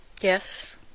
Yes